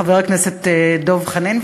חבר הכנסת דב חנין,